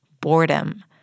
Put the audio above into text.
boredom